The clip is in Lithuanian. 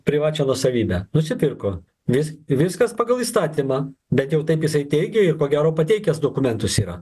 privačią nuosavybę nusipirko vis viskas pagal įstatymą bent jau taip jisai teigė ir ko gero pateikęs dokumentus yra